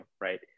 right